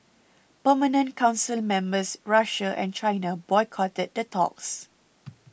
permanent council members Russia and China boycotted the talks